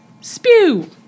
Spew